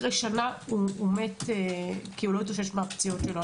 אחרי שנה הוא מת כי הוא לא התאושש מהפציעה שלו.